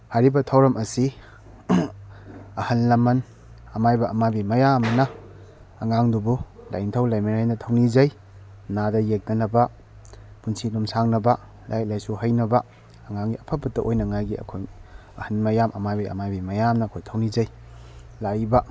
ꯍꯥꯏꯔꯤꯕ ꯊꯧꯔꯝ ꯑꯁꯤ ꯑꯍꯜ ꯂꯃꯟ ꯑꯃꯥꯏꯕ ꯑꯃꯥꯏꯕꯤ ꯃꯌꯥꯝꯅ ꯑꯉꯥꯡꯗꯨꯕꯨ ꯂꯥꯏꯅꯤꯡꯊꯧ ꯂꯩꯃꯔꯦꯟꯗ ꯊꯧꯅꯤꯖꯩ ꯅꯥꯗ ꯌꯦꯛꯇꯅꯕ ꯄꯨꯟꯁꯤ ꯅꯨꯡꯁꯥꯡꯅꯕ ꯂꯥꯏꯔꯤꯛ ꯂꯥꯏꯁꯨ ꯍꯩꯅꯕ ꯑꯉꯥꯡꯒꯤ ꯑꯐꯕꯇ ꯑꯣꯏꯅꯕꯒꯤ ꯑꯩꯈꯣꯏ ꯑꯍꯜ ꯃꯌꯥꯝ ꯑꯃꯥꯏꯕ ꯑꯃꯥꯏꯕꯤ ꯃꯌꯥꯝꯅ ꯑꯩꯈꯣꯏ ꯊꯧꯅꯤꯖꯩ ꯂꯥꯛꯏꯕ